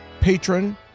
patron